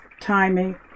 timing